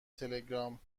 تلگرام